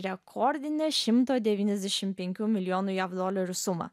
rekordinę šimto devyniasdešimt penkių milijonų jav dolerių sumą